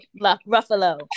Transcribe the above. Ruffalo